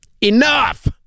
Enough